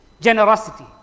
Generosity